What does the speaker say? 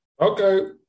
Okay